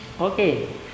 Okay